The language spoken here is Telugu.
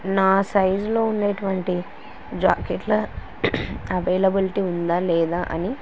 నా సైజులో ఉండేటువంటి జాకెట్ల అవైలబిలిటీ ఉందా లేదా అని